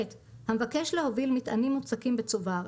המבקש להוביל מטענים מוצקים בצובר,